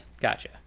Gotcha